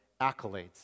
accolades